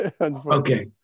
Okay